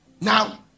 Now